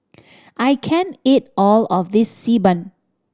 I can't eat all of this Xi Ban